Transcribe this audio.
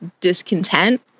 Discontent